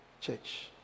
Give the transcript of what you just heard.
church